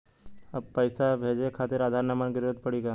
पैसे भेजे खातिर आधार नंबर के जरूरत पड़ी का?